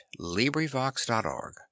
LibriVox.org